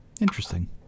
Interesting